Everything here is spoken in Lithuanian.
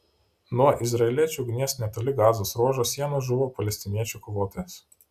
nuo izraeliečių ugnies netoli gazos ruožo sienos žuvo palestiniečių kovotojas